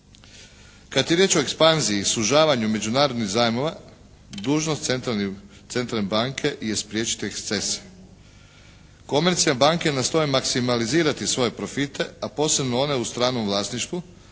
Kad je riječ o ekspanziji, sužavanju međunarodnih zajmova dužnost centralne banke je spriječiti ekscese. Komercijalne banke nastoje maksimalizirati svoje profite, a posebno one u stranom vlasništvu